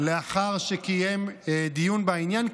לאחר שקיים דיון בעניין,